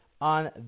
on